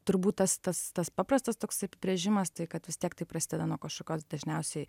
turbūt tas tas tas paprastas toksai apibrėžimas tai kad vis tiek tai prasideda nuo kažkokios dažniausiai